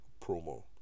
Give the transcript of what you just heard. promo